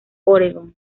oregón